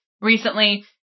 recently